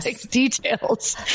details